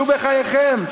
נו, בחייכם.